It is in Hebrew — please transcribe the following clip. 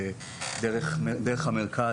דרך המרכז,